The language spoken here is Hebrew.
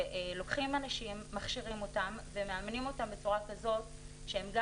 שלוקחים אנשים ומכשירים אותם ומאמנים אותם בצורה כזאת שהם גם